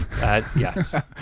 yes